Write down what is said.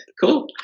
cool